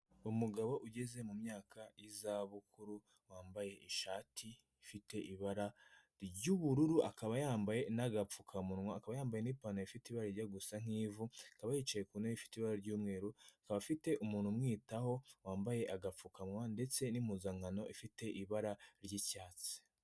Umugabo ugeze mu myaka y'izabukuru wambaye ishati ifite ibara ry'ubururu, akaba yambaye n'agapfukamunwa, akaba yambaye n'ipantaro ifite ibara rijya gusa nk'ivu, akaba yicaye ku ntebe ifite ibara ry'umweru, akaba afite umuntu umwitaho wambaye agapfukama ndetse n'impuzankano ifite ibara ry'icyatsi.